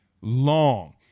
long